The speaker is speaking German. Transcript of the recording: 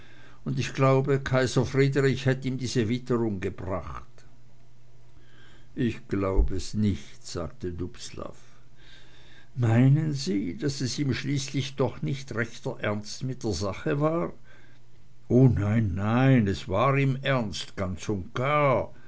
und ich glaube kaiser friedrich hätt ihm diese witterung gebracht ich glaub es nicht sagte dubslav meinen sie daß es ihm schließlich doch nicht ein rechter ernst mit der sache war o nein nein es war ihm ernst ganz und gar